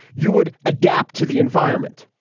you would adapt to the environment.